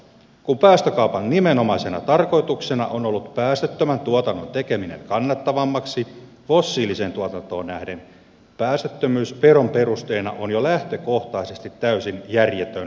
kun päästökaupan nimenomaisena tarkoituksena on ollut päästöttömän tuotannon tekeminen kannattavammaksi fossiiliseen tuotantoon nähden päästöttömyys veron perusteena on jo lähtökohtaisesti täysin järjetön